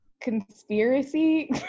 conspiracy